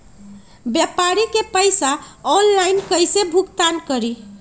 व्यापारी के पैसा ऑनलाइन कईसे भुगतान करी?